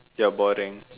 you are boring